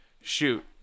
shoot